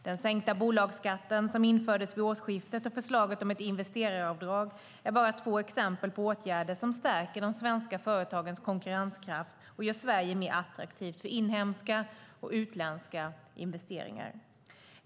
Den sänkta bolagsskatten som infördes vid årsskiftet och förslaget om ett investeraravdrag är bara två exempel på åtgärder som stärker de svenska företagens konkurrenskraft och gör Sverige mer attraktivt för inhemska och utländska investeringar.